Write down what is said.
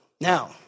Now